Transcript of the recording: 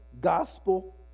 gospel